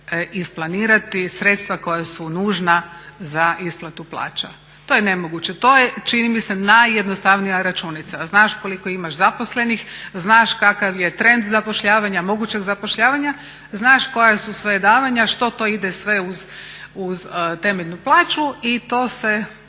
isplanirati sredstva koja su nužna za isplatu plaća. To je nemoguće. To je čini mi se najjednostavnija računica. Znaš koliko imaš zaposlenih, znaš kakav je trend zapošljavanja, mogućeg zapošljavanja, znaš koja su sve davanja, što to ide sve uz temeljnu plaću i to se